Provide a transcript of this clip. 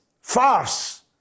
farce